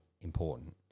important